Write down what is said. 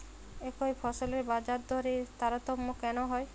একই ফসলের বাজারদরে তারতম্য কেন হয়?